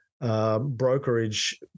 brokerage